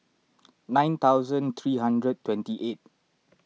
nine hundred three hundred twenty eight